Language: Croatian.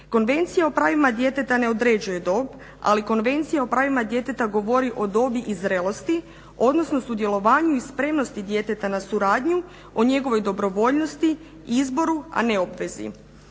Konvencija o pravima djeteta ne određuje dob ali Konvencija o pravima djeteta govori o dobi i zrelosti odnosno sudjelovanju i spremnosti djeteta na suradnju, o njegovoj dobrovoljnosti, izboru a ne obvezi.